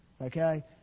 Okay